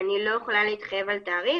אני לא יכולה להתחייב על תאריך,